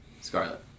Scarlet